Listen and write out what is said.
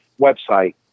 website